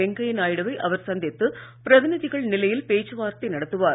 வெங்கய்யா நாயுடுவை அவர் சந்தித்து பிரதிநிதிகள் நிலையில் பேச்சு வார்த்தை நடத்துவார்